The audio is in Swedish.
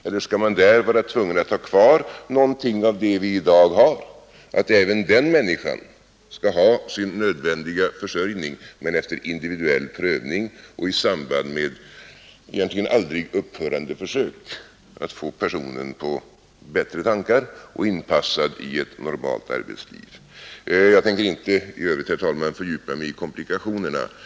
Eller skall vi vara tvungna att ha kvar någonting av det vi har i dag, att även den människan skall ha sin nödvändiga försörjning men efter individuell prövning och i samband med egentligen aldrig upphörande försök att få personen på bättre tankar och inpassad i ett normalt arbetsliv? Jag tänker inte i övrigt, herr talman, fördjupa mig i komplikationerna.